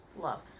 love